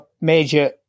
major